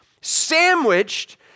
sandwiched